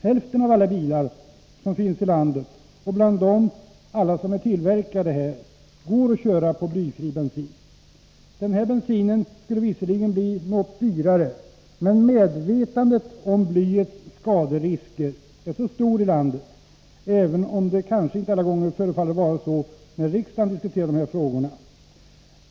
Hälften av alla bilar som finns i landet, och bland dem alla som är tillverkade här, går att köra på blyfri bensin. Denna bensin skulle visserligen bli något dyrare, men medvetandet om blyets skaderisker är stort i landet — även om det inte alla gånger förefaller vara så när riksdagen diskuterar dessa frågor.